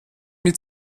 mit